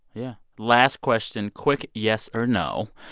yeah. last question. quick yes or no.